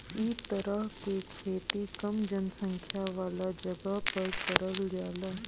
इ तरह के खेती कम जनसंख्या वाला जगह पर करल जाला